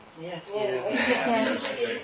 Yes